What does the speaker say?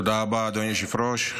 תודה רבה אדוני היושב-ראש.